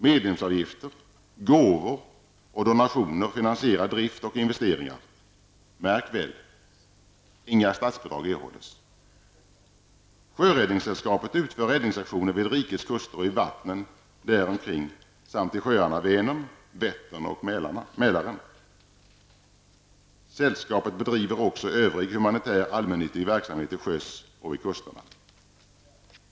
Medlemsavgifter, gåvor och donationer finansierar drift och investeringar. Märk väl! Inga statsbidrag erhålles. Sjöräddningssällskapet utför räddningsaktioner vid rikets kuster och i vattnen däromkring samt i sjöarna Vänern, Vättern och Mälaren. Sällskapet bedriver också övrig humanitär allmännyttig verksamhet till sjöss och vid kusterna.